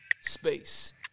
space